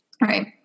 Right